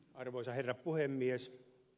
arvoisa herra puhemies